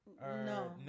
No